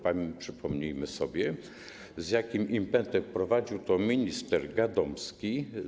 Przypomnijmy sobie, z jakim impetem prowadził to wiceminister Gadomski.